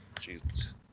Jesus